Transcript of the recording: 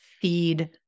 feed